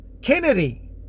Kennedy